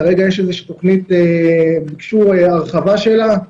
כרגע יש איזושהי תוכנית שביקשו הרחבה שלה.